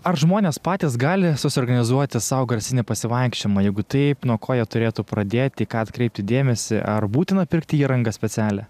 ar žmonės patys gali susiorganizuoti sau garsinį pasivaikščiojimą jeigu taip nuo ko jie turėtų pradėt į ką atkreipti dėmesį ar būtina pirkti įrangą specialią